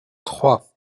trois